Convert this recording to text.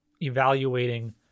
evaluating